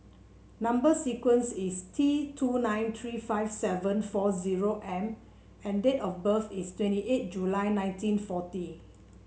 number sequence is T two nine three five seven four zero M and date of birth is twenty eight July nineteen forty